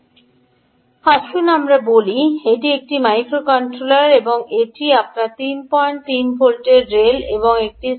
আসুন আমরা বলি এটি একটি মাইক্রোকন্ট্রোলার এবং এটি আপনার 33 ভোল্টের রেল এবং এটি স্থল